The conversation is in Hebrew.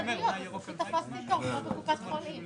לא הקשבתם לאופוזיציה.